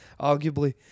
arguably